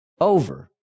over